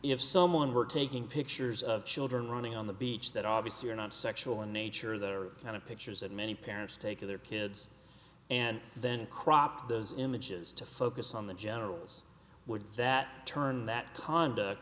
if someone were taking pictures of children running on the beach that obviously are not sexual in nature there are kind of pictures that many parents take their kids and then cropped those images to focus on the generals would that turn that conduct